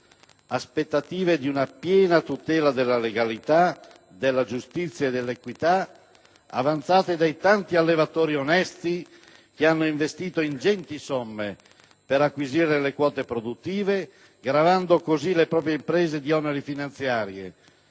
Aspettative di una piena tutela della legalità, della giustizia e dell'equità avanzate dai tanti allevatori onesti che hanno investito ingenti somme per acquisire le quote produttive, gravando così le proprie imprese di oneri finanziari,